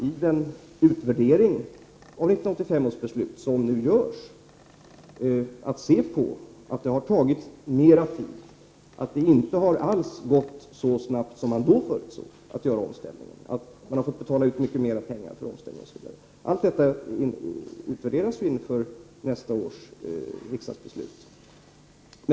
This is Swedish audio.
I den utvärdering av 1985 års beslut som nu görs ingår att se varför det har tagit mera tid, varför omställningen inte alls har gått så snabbt som man förutsåg och varför man har fått betala ut mycket mera. Allt detta ingår i utvärderingen inför nästa års riksdagsbeslut.